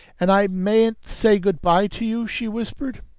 and i mayn't say good-by to you, she whispered.